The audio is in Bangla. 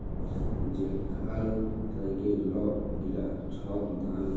যেখাল থ্যাইকে লক গিলা ছব ধার লেয়